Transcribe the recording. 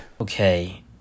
Okay